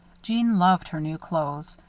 jeanne loved her new clothes,